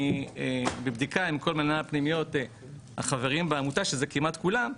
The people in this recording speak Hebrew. אני בבדיקה עם כל מנהלי הפנימיות החברים בעמותה שזה כמעט כולם,